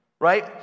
Right